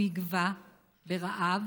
הוא יגווע ברעב